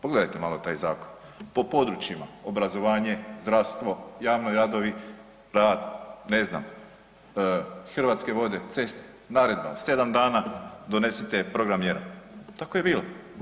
Pogledajte malo taj zakon po područjima, obrazovanje, zdravstvo, javni radovi, rad, ne znam, Hrvatske vode, ceste, naredba 7 dana donesite program mjera, tako je bilo.